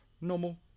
normal